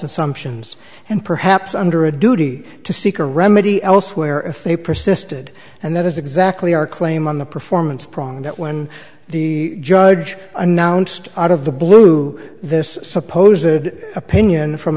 assumptions and perhaps under a duty to seek a remedy elsewhere if they persisted and that is exactly our claim on the performance prong that when the judge announced out of the blue this supposed opinion from